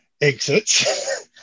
exits